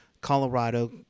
Colorado